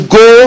go